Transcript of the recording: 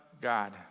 God